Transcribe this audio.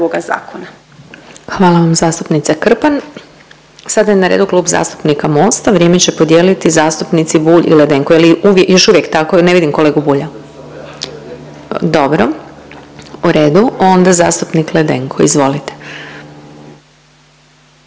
Hvala vam zastupnice Krpan. Sada je na redu Klub zastupnika Mosta, vrijeme će podijeliti zastupnici Bulj i Ledenko, je li još uvijek tako jer ne vidim kolegu Bulja? …/Upadica iz klupe se ne razumije./…